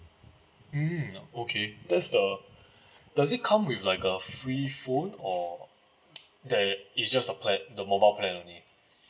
mm okay that's the does it come with like a free phone or there it's just a plan the mobile plan only